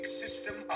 system